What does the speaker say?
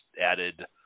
added